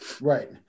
Right